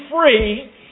free